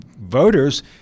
voters